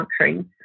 countries